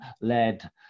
led